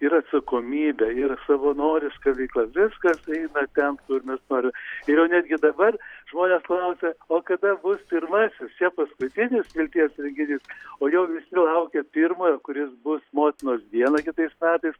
ir atsakomybė ir savanoriška veikla viskas eina ten kur mes norim ir jau netgi dabar žmonės klausia o kada bus pirmasis čia paskutinis vilties renginys o jau visi laukia pirmojo kuris bus motinos dieną kitais metais